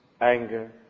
anger